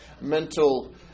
mental